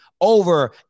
over